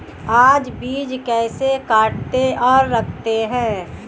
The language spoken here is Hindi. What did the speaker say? आप बीज कैसे काटते और रखते हैं?